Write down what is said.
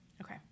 okay